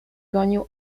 gonił